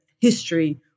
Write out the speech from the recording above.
history